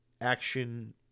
action